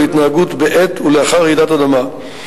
להתנהגות בעת ולאחר רעידת אדמה.